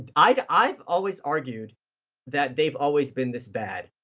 and i've i've always argued that they've always been this bad,